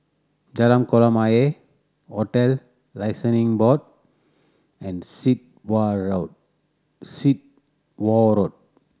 Jalan Kolam Ayer Hotel Licensing Board and Sit Wah Road